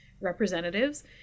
representatives